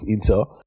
Intel